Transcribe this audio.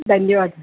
धन्यवादः